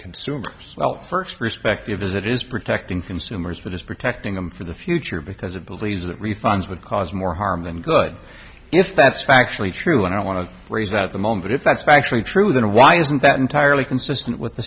consumers first respective as it is protecting consumers what is protecting them for the future because it believes that refunds would cause more harm than good if that's factually true and i want to raise at the moment if that's factually true then why isn't that entirely consistent with the